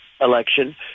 election